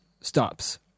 stops